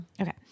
Okay